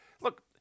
Look